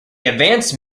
advance